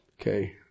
Okay